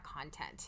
content